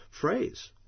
phrase